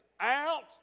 Out